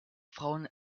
frauen